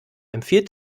empfiehlt